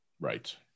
Right